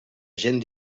gent